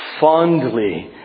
fondly